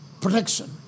Protection